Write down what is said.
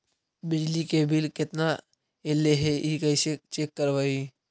बिजली के बिल केतना ऐले हे इ कैसे चेक करबइ?